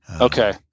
Okay